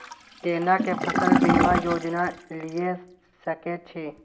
केना के फसल बीमा योजना लीए सके छी?